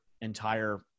entire